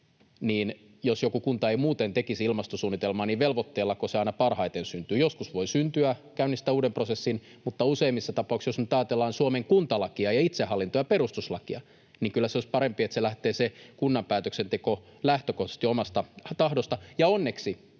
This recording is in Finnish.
jos joku kunta ei muuten tekisi ilmastosuunnitelmaa, niin velvoitteellako se aina parhaiten syntyy. Joskus voi syntyä, käynnistää uuden prosessin, mutta useimmissa tapauksissa, jos nyt ajatellaan Suomen kuntalakia ja itsehallintoa ja perustuslakia, kyllä se olisi parempi, että lähtee se kunnan päätöksenteko lähtökohtaisesti omasta tahdosta. Ja onneksi